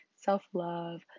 self-love